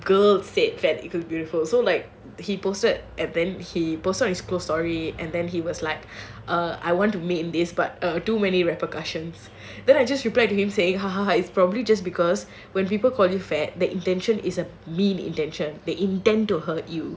girl said fat equal beautiful so like he posted and then he posted on his close story and then he was like I want to meme this but too many repercussions then I just replied to him saying ha ha ha when people call you fat the intention is a mean intention they intend to hurt you